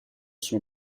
suo